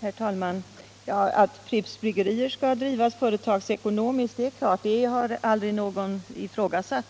Herr talman! Att Pripps Bryggerier skall drivas företagsekonomiskt har aldrig någon ifrågasatt.